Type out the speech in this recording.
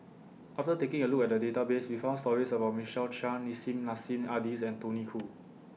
after taking A Look At The Database We found stories about Michael Chiang Nissim Nassim Adis and Tony Khoo